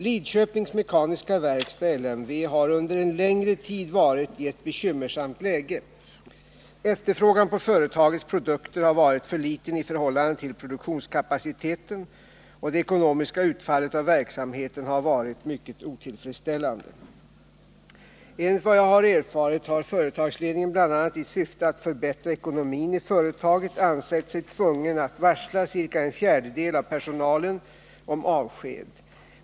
Lidköpings Mekaniska Verkstad har under en längre tid varit i ett bekymmersamt läge. Efterfrågan på företagets produkter har varit för liten i förhållande till produktionskapaciteten, och det ekonomiska utfallet av verksamheten har varit mycket otillfredsställande. Enligt vad jag har erfarit har företagsledningen bl.a. i syfte att förbättra ekonomin i företaget ansett sig tvungen att varsla ca en fjärdedel av personalen om avsked.